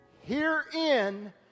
Herein